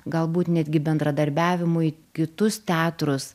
galbūt netgi bendradarbiavimui kitus teatrus